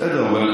בסדר,